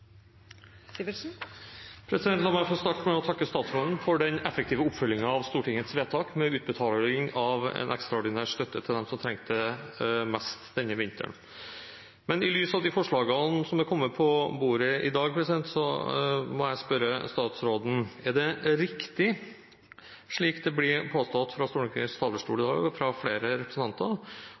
den effektive oppfølgingen av Stortingets vedtak, med utbetaling av en ekstraordinær støtte til dem som trengte det mest denne vinteren. Men i lys av de forslagene som er kommet på bordet i dag, må jeg spørre statsråden: Er det riktig, slik det blir påstått fra Stortingets talerstol i dag fra flere representanter,